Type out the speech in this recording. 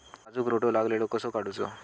काजूक रोटो लागलेलो कसो काडूचो?